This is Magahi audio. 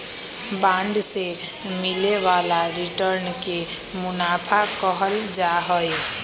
बांड से मिले वाला रिटर्न के मुनाफा कहल जाहई